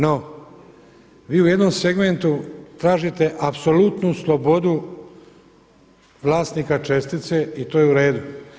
No vi u jednom segmentu tražite apsolutnu slobodu vlasnika čestice i to je u redu.